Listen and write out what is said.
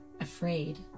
afraid